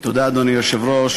לחוק, אדוני היושב-ראש.